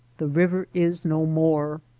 the river is no more.